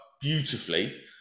beautifully